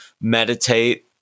meditate